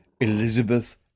Elizabeth